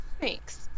thanks